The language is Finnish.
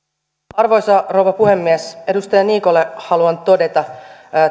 arvoisa rouva puhemies edustaja niikolle haluan todeta